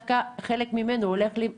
לא התייחסת לזה.